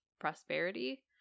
prosperity